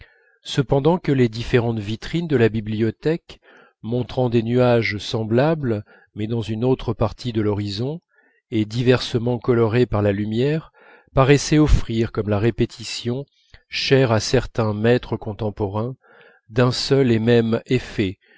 cependant que les différentes vitrines de la bibliothèque montrant des nuages semblables mais dans une autre partie de l'horizon et diversement colorés par la lumière paraissaient offrir comme la répétition chère à certains maîtres contemporains d'un seul et même effet